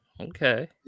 okay